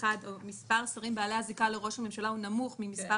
מספר השרים בעלי הזיקה לראש הממשלה נמוך ממספר